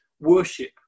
worship